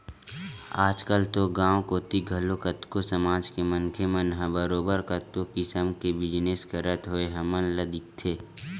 आजकल तो गाँव कोती घलो कतको समाज के मनखे मन ह बरोबर कतको किसम के बिजनस करत होय हमन ल दिखथे